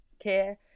care